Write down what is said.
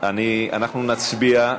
אנחנו נצביע,